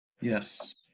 Yes